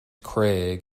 craig